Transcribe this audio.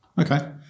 Okay